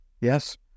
Yes